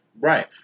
Right